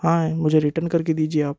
हाँ ये मुझे रिटर्न करके दीजिए आप